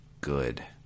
good